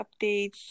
updates